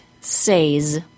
says